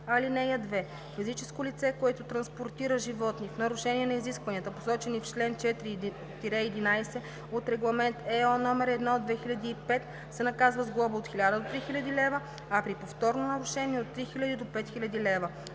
(2) Физическо лице, което транспортира животни в нарушение на изискванията, посочени в чл. 4 – 11 от Регламент (ЕО) № 1/2005, се наказва с глоба от 1000 до 3000 лв., а при повторно нарушение – от 3000 до 5000 лв.